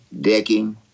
Decking